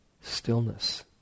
stillness